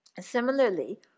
Similarly